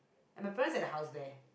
and my friend has the house there